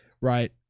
right